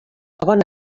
bona